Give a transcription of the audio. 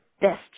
best